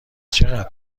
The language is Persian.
چقدر